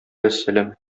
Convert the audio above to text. вәссәлам